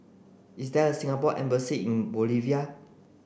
is there a Singapore embassy in Bolivia